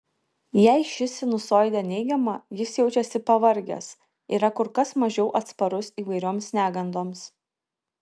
jei ši sinusoidė neigiama jis jaučiasi pavargęs yra kur kas mažiau atsparus įvairioms negandoms